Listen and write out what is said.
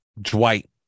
Dwight